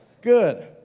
good